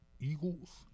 Eagles